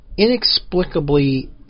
inexplicably